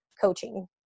coaching